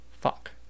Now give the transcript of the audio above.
Fuck